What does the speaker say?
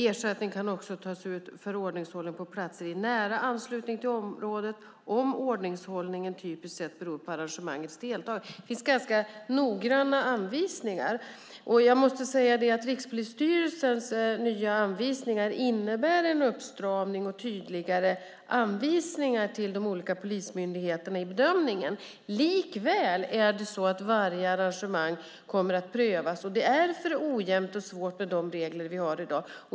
Ersättning kan också tas ut för ordningshållning på platser i nära anslutning till området om ordningshållningen typiskt sett beror på arrangemangets deltagare." Det finns ganska noggranna anvisningar. Jag måste säga att Rikspolisstyrelsens nya anvisningar innebär en uppstramning och tydligare anvisningar till de olika polismyndigheterna för bedömningen. Likväl ska varje arrangemang prövas, och det är alltför ojämnt och svårt med de regler som vi har i dag.